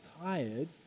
tired